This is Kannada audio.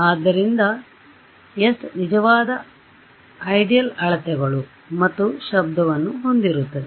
ಆದ್ದರಿಂದ s ನಿಜವಾದ ಆದರ್ಶ ಅಳತೆಗಳು ಮತ್ತು ಶಬ್ದವನ್ನು ಹೊಂದಿರುತ್ತದೆ